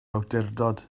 awdurdod